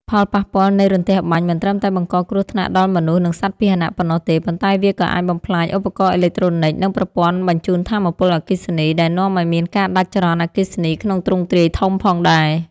ផលប៉ះពាល់នៃរន្ទះបាញ់មិនត្រឹមតែបង្កគ្រោះថ្នាក់ដល់មនុស្ស និងសត្វពាហនៈប៉ុណ្ណោះទេ ប៉ុន្តែវាក៏អាចបំផ្លាញឧបករណ៍អេឡិចត្រូនិច និងប្រព័ន្ធបញ្ជូនថាមពលអគ្គិសនី ដែលនាំឱ្យមានការដាច់ចរន្តអគ្គិសនីក្នុងទ្រង់ទ្រាយធំផងដែរ។